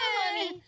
money